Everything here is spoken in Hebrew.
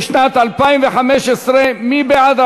לשנת 2015. מי בעד,